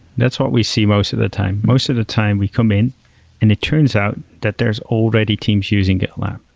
that's what we see most of the time. most of the time we come in and it turns out that there's already teams using gitlab.